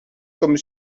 comme